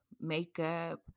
makeup